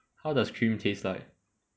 how does cream taste like